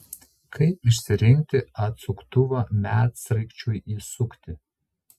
kaip išsirinkti atsuktuvą medsraigčiui įsukti